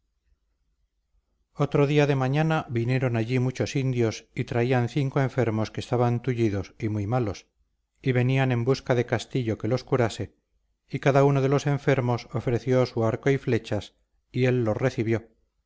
otro día de mañana vinieron allí muchos indios y traían cinco enfermos que estaban tullidos y muy malos y venían en busca de castillo que los curase y cada uno de los enfermos ofreció su arco y flechas y él los recibió